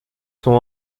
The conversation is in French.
sont